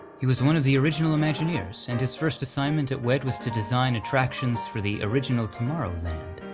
he was one of the original imagineers, and his first assignment at wed was to design attractions for the original tomorrowland,